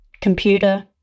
computer